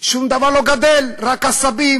שום דבר לא גדֵל, רק עשבים.